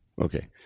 Okay